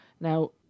Now